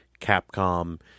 Capcom